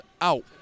out